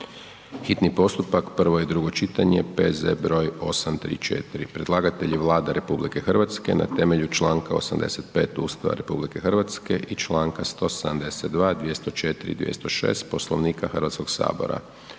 hitni postupak, prvo i drugo čitanje, P.Z.E. broj 834 Predlagatelj je Vlada RH na temelju Članka 85. Ustava RH i Članka 172., 204. i 206. Poslovnika Hrvatskog sabora.